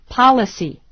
policy